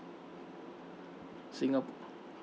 singap~